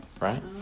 Right